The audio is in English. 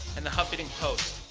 and the huffing-ton post.